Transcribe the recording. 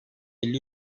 elli